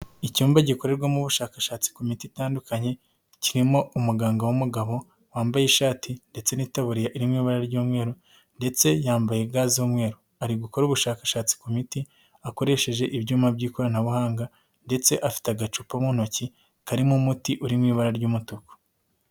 Icyumba gikorerwamo ubushakashatsi ku miti itandukanye, kirimo umuganga w'umugabo wambaye ishati ndetse n'itaburiya iri mu ibara ry'umweru ndetse yambaye ga y'umweru, ari gukora ubushakashatsi ku miti akoresheje ibyuma by'ikoranabuhanga ndetse afite agacupa mu ntoki, karimo umuti uri mu ibara ry'umutuku.